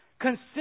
Consider